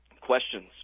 questions